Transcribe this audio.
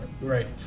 right